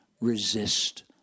resist